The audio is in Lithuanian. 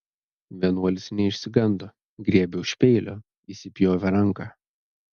vienuolis neišsigando griebė už peilio įsipjovė ranką